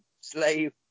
slave